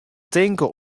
tinke